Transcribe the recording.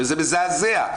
שזה מזעזע.